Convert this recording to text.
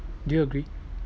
do you agree